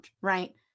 Right